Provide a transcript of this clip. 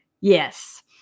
yes